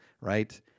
right